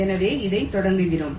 எனவே இதை தொடங்குகிறோம்